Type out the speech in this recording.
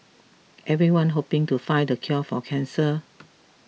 everyone hoping to find the cure for cancer